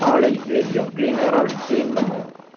ஹாலை வேக்யூம் கிளீனரால் கிளீன் பண்ணு